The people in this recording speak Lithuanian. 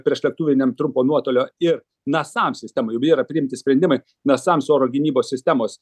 priešlėktuvinėm trumpo nuotolio ir nasams sistemom jau yra priimti sprendimai nasams oro gynybos sistemos